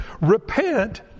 repent